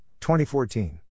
2014